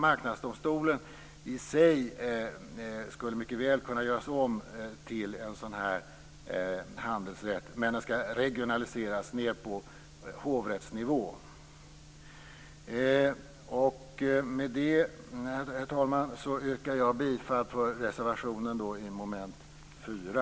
Marknadsdomstolen skulle, som sagt, mycket väl kunna göras om till en sådan här handelsrätt, men den skall regionaliseras ned på hovrättsnivå. Med detta, herr talman, yrkar jag bifall till reservationen under mom. 4.